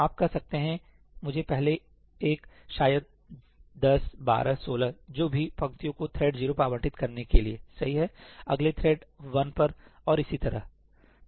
आप कह सकते हैं कि मुझे पहले 1 शायद 10 12 16 जो भी पंक्तियों को थ्रेड 0 पर आवंटित करने के लिएसही है अगले थ्रेड 1 पर और इसी तरह